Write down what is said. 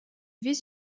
vise